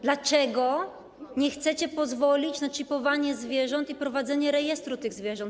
Dlaczego nie chcecie pozwolić na czipowanie zwierząt i prowadzenie rejestru tych zwierząt?